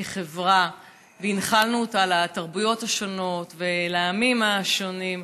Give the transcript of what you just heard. כחברה, והנחלנו לתרבויות השונות ולעמים השונים,